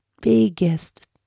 biggest